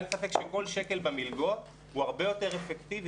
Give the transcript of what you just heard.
ואין לי ספק שכל שקל במלגות הוא הרבה יותר אפקטיבי,